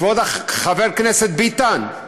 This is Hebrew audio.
כבוד חבר הכנסת ביטן.